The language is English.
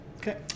Okay